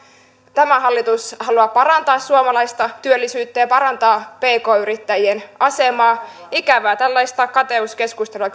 tämä hallitus haluaa parantaa suomalaista työllisyyttä ja parantaa pk yrittäjien asemaa on ikävää kyllä tällaista kateuskeskustelua